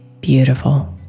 beautiful